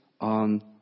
on